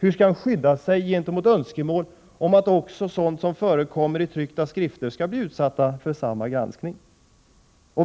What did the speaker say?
Hur skall han skydda sig mot önskemålet att också sådant som förekommer i tryckta skrifter skall bli utsatt för samma granskning?